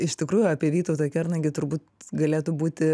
iš tikrųjų apie vytautą kernagį turbūt galėtų būti